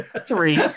three